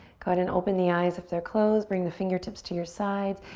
go ahead and open the eyes if they're closed. bring the fingertips to your sides.